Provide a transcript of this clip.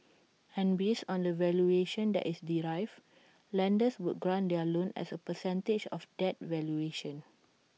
and based on the valuation that is derived lenders would grant their loan as A percentage of that valuation